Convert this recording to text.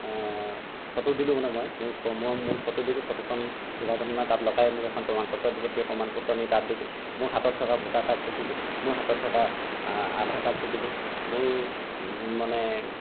photo দিলোঁ মানে মই মই মোৰ ফটো দিলো ফটোখন গাঁওপ্ৰধানে তাত লগাই মোক এখন প্ৰমাণপত্ৰ দিলে সেই প্ৰমাণপত্ৰ নি তাত দিলোঁ মোৰ হাতত থকা ভোটাৰ কাৰ্ডটো দিলোঁ মোৰ হাতত থকা আধাৰ কাৰ্ডটো দিলোঁ মোৰ মানে